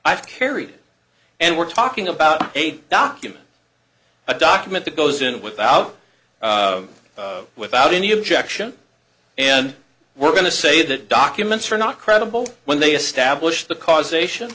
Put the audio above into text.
i've carried and we're talking about a document a document that goes in without without any objection and we're going to say that documents are not credible when they establish the causation